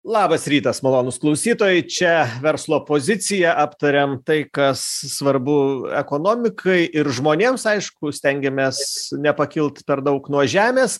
labas rytas malonūs klausytojai čia verslo pozicija aptariam tai kas svarbu ekonomikai ir žmonėms aišku stengiamės nepakilt per daug nuo žemės